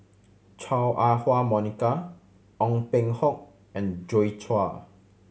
Chua Ah Huwa Monica Ong Peng Hock and Joi Chua